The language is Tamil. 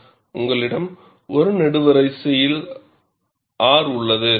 உங்களிடம் ஒரு நெடுவரிசையில் R உள்ளது